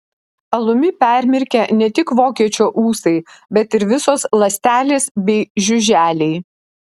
alumi permirkę ne tik vokiečio ūsai bet ir visos ląstelės bei žiuželiai